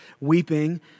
weeping